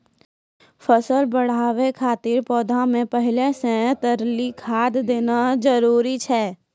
फसल बढ़ाबै खातिर पौधा मे पहिले से तरली खाद देना जरूरी छै?